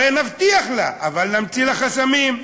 הרי נבטיח לה, אבל נמציא לה חסמים.